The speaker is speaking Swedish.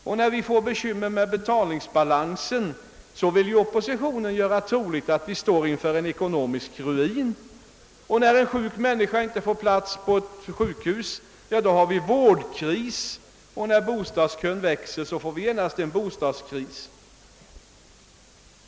Och om vi får bekymmer med betalningsbalansen vill oppositionen göra troligt att vi står inför ekonomisk ruin. När en sjuk människa inte får plats på sjukhus har vi en vårdkris, och när bostadskön växer får vi genast en bostadskris.